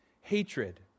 hatred